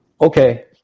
Okay